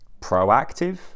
proactive